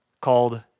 called